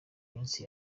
minsi